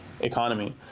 economy